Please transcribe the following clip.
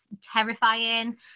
terrifying